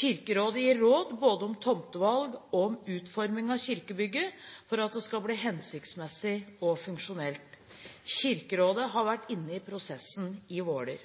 Kirkerådet gir råd både om tomtevalg og om utformingen av kirkebygget for at det skal bli hensiktsmessig og funksjonelt. Kirkerådet har vært inne i prosessen i Våler.